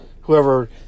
whoever